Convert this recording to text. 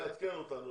נעדכן אותנו,